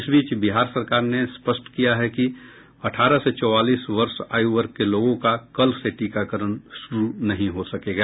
इस बीच बिहार सरकार ने स्पष्ट किया है कि अठारह से चौवालीस वर्ष आय वर्ग के लोगों का कल से टीकाकरण शुरू नहीं हो सकेगा